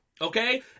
Okay